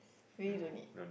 really don't need